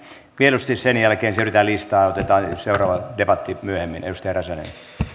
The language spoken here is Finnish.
mieluusti sen jälkeen siirrytään listaan otetaan seuraava debatti myöhemmin